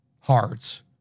hearts